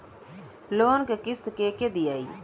Loan क किस्त के के दियाई?